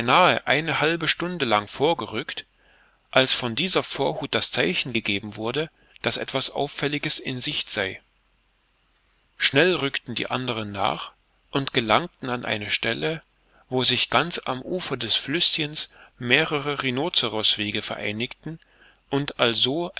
eine halbe stunde lang vorgerückt als von dieser vorhut das zeichen gegeben wurde daß etwas auffälliges in sicht sei schnell rückten die anderen nach und gelangten an eine stelle wo sich ganz am ufer des flüßchens mehrere rhinozeroswege vereinigten und also